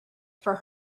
for